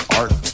art